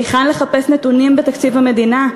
היכן לחפש נתונים בתקציב המדינה?